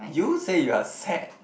you say you are sad